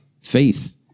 faith